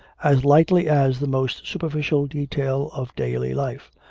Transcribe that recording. as lightly as the most superficial detail of daily life.